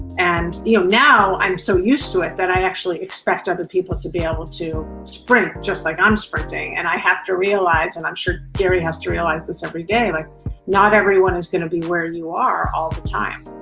and you know now i'm so used to it that i actually expect other people to be able to sprint just like i'm sprinting. and i have to realize, and i'm sure gary has to realize this every day, like not everyone is going to be where you are all the time,